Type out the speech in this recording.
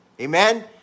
Amen